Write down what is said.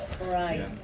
Right